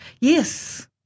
Yes